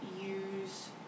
use